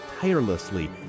tirelessly